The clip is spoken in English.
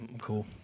cool